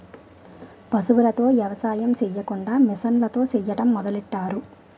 పశువులతో ఎవసాయం సెయ్యకుండా మిసన్లతో సెయ్యడం మొదలెట్టారు